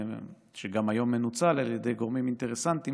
שגם היום מנוצל על ידי גורמים אינטרסנטיים